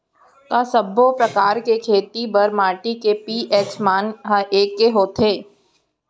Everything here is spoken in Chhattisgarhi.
का सब्बो प्रकार के खेती बर माटी के पी.एच मान ह एकै होथे?